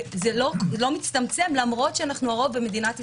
וזה לא מצטמצם למרות שאנחנו הרוב במדינת ישראל,